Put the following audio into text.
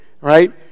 right